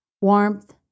warmth